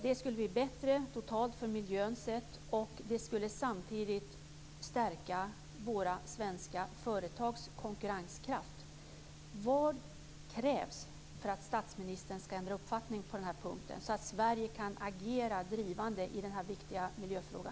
Det skulle bli bättre för miljön totalt sett och det skulle samtidigt stärka våra svenska företags konkurrenskraft. Vad krävs för att statsministern ska ändra uppfattning på den här punkten, så att Sverige kan agera drivande i denna viktiga miljöfråga?